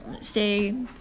stay